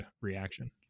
reaction